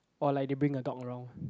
or like they bring a dog around